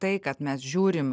tai kad mes žiūrim